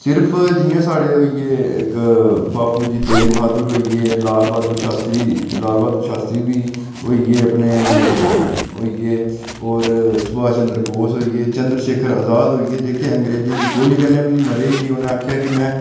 सिर्फ जियां साढ़े होई गै इक बापू जी तेग बहादूर होई गे लाल बहादुर शास्तरी लाल बहादूर शास्तरी बी होई गे अपने होई गे होर सुभाश चंद्र बोस होई गे चंद्र शेखर अजाद होई गे जेह्के अग्रेंजे दी गोली कन्नै बी नेईं मरे कि उ'नें आखेआ कि में